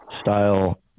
style